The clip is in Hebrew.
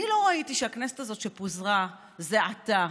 אני לא ראיתי שהכנסת הזאת, שפוזרה זה עתה,